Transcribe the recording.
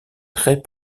très